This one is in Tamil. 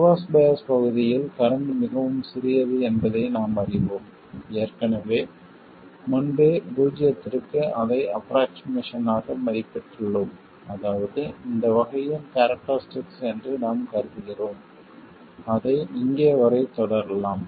ரிவர்ஸ் பயாஸ் பகுதியில் கரண்ட் மிகவும் சிறியது என்பதை நாம் அறிவோம் ஏற்கனவே முன்பே பூஜ்ஜியத்திற்கு அதை ஆஃப்ரோக்ஷிமேசன் ஆக மதிப்பிட்டுள்ளோம் அதாவது இந்த வகையின் கேரக்டரிஸ்டிக் என்று நாம் கருதுகிறோம் அதை இங்கே வரை தொடரலாம்